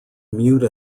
mute